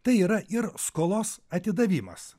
tai yra ir skolos atidavimas